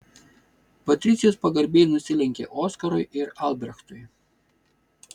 patricijus pagarbiai nusilenkė oskarui ir albrechtui